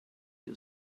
you